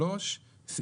מי בעד?